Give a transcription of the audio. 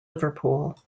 liverpool